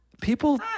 People